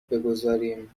بگذاریم